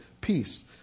peace